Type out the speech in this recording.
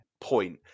point